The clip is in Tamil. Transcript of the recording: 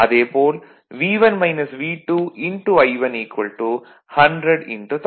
அதேபோல் I1 100 1000